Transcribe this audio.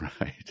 Right